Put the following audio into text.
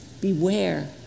Beware